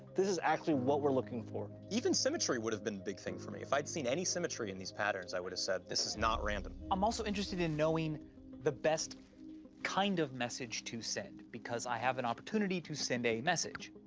this is actually what we're looking for. even symmetry would have been a big thing for me. if i'd seen any symmetry in these patterns, i would have said, this is not random. i'm also interested in knowing the best kind of message to send, because i have an opportunity to send a message.